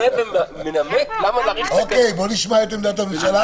נשמע את עמדת הממשלה.